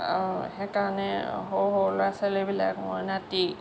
সেইকাৰণে সৰু সৰু ল'ৰা ছোৱালীবিলাক মোৰ নাতি